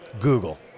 Google